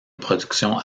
production